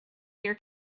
your